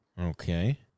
Okay